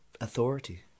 authority